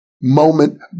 moment